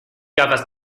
gafas